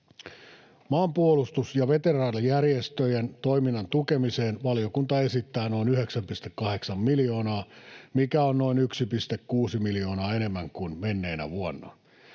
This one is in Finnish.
Maanpuolustus- ja veteraanijärjestöjen toiminnan tukemiseen valiokunta esittää noin 9,8 miljoonaa, mikä on noin 1,6 miljoonaa enemmän kuin menneenä vuonna.